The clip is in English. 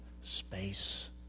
space